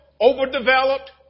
overdeveloped